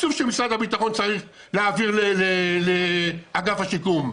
התקציב של משרד הביטחון צריך להעביר לאגף השיקום?